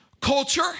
Culture